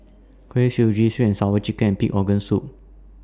Kuih Suji Sweet and Sour Chicken and Pig'S Organ Soup